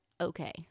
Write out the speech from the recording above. okay